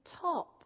top